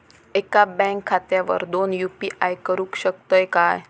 एका बँक खात्यावर दोन यू.पी.आय करुक शकतय काय?